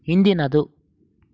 ಹಿಂದಿನದು